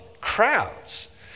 crowds